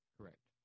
Correct